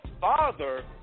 father